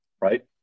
right